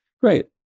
great